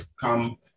come